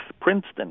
Princeton